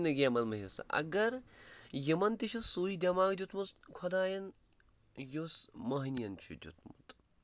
یِم کیازِ نِنۍ نہٕ گیمَن منٛز حِصہٕ اگر یِمَن تہِ چھُ سُے دٮ۪ماغ دیُتمُت خۄدایَن یُس مٔہنِین چھُ دیُتمُت